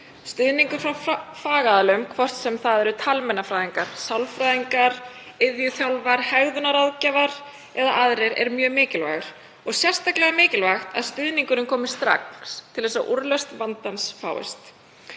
Stuðningur frá fagaðilum, hvort sem það eru talmeinafræðingar, sálfræðingar, iðjuþjálfar, hegðunarráðgjafar eða aðrir er mjög mikilvægur og sérstaklega mikilvægt að stuðningurinn komi strax til að úrlausn vandans fáist.